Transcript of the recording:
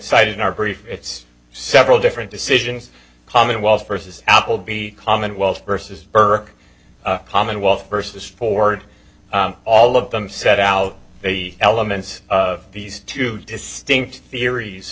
cited in our brief it's several different decisions commonwealth versus applebee commonwealth versus burke commonwealth versus ford all of them set out the elements of these two distinct theories